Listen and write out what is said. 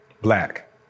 black